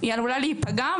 היא עלולה להיפגע.